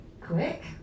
quick